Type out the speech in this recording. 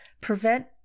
prevent